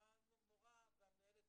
והמורה והמנהלת